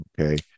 Okay